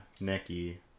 Nicky